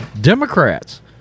Democrats